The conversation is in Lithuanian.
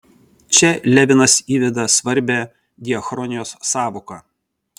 čia levinas įveda svarbią diachronijos sąvoką